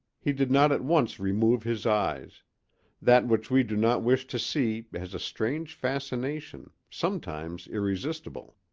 he did not at once remove his eyes that which we do not wish to see has a strange fascination, sometimes irresistible.